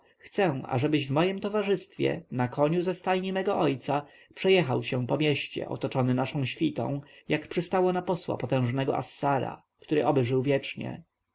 chcę ażebyś w mojem towarzystwie na koniu ze stajni mego ojca przejechał się po mieście otoczony naszą świtą jak przystało na posła potężnego assara który oby żył wiecznie